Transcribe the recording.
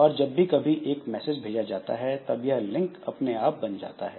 और जब भी कभी एक मैसेज भेजा जाता है तब यह लिंक अपने आप बन जाता है